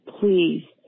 please